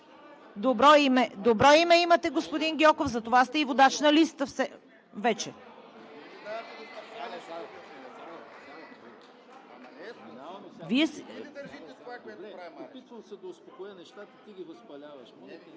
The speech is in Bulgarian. Добро име имате, господин Гьоков, затова сте и водач на листа вече.